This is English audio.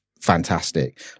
fantastic